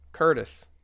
Curtis